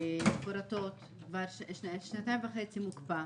--- כבר שנתיים וחצי מוקפא.